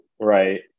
right